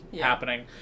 happening